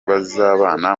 bazabana